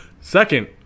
Second